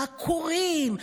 העקורים,